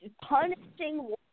punishing